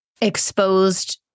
exposed